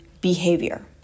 behavior